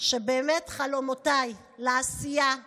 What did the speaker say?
שבאמת חלומותיי לעשייה יתגשמו,